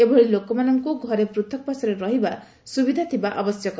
ଏଭଳି ଲୋକମାନଙ୍କ ଘରେ ପୃଥକ୍ବାସରେ ରହିବା ସ୍ୱବିଧା ଥିବା ଆବଶ୍ୟକ